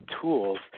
tools